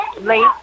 late